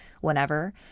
whenever